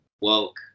woke